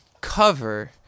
cover